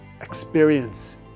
experience